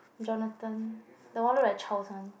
Jonathan the one look like Charles one